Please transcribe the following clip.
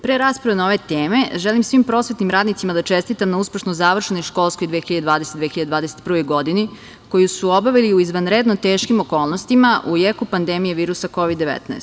Pre rasprave na ove teme, želim svim prosvetnim radnicima da čestitam na uspešno završenoj školskoj 2020/2021. godini, koju su obavili u izvanredno teškim okolnostima, a u jeku pandemije virusa Kovid-19.